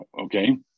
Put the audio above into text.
Okay